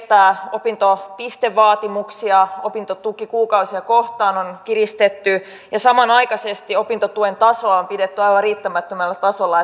opintopistevaatimuksia opintotukikuukausia kohtaan on kiristetty ja samanaikaisesti opintotuen tasoa on pidetty aivan riittämättömällä tasolla